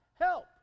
Help